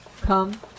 come